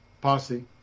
posse